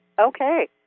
Okay